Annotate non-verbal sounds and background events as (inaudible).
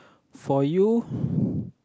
for you (breath)